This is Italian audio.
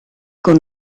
con